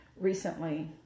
recently